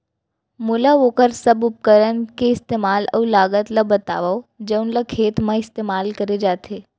मोला वोकर सब उपकरण के इस्तेमाल अऊ लागत ल बतावव जउन ल खेत म इस्तेमाल करे जाथे?